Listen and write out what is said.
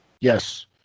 Yes